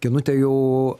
genutė jau